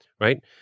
right